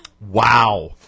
Wow